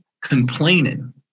complaining